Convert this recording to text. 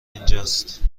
اینجاست